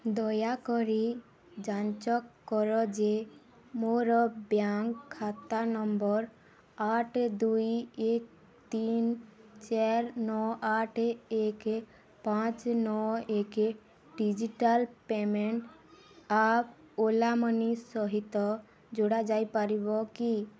ଦୟାକରି ଯାଞ୍ଚ କର ଯେ ମୋର ବ୍ୟାଙ୍କ୍ ଖାତା ନମ୍ବର୍ ଆଠ ଦୁଇ ଏକ ତିନି ଚାରି ନଅ ଆଠ ଏକ ପାଞ୍ଚ ନଅ ଏକ digital payment app Ola money ସହିତ ଯୋଡ଼ା ଯାଇପାରିବ କି